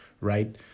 right